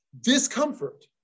Discomfort